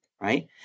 Right